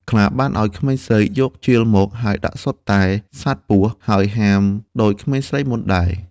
ខ្លាបានឲ្យក្មេងស្រីយកជាលមក ហើយដាក់សុទ្ធតែសត្វពស់ ហើយហាមដូចក្មេងស្រីមុនដែរ។